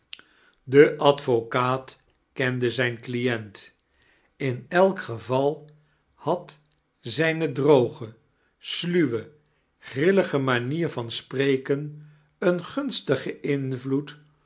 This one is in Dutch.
de advocaat kende zijn client in elk geval had zijne droge sluwei grillige muanier van spreken een gunstigen iirvlioed